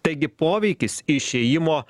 taigi poveikis išėjimo